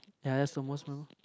ya that's the most memo~